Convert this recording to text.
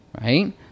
Right